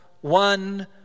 one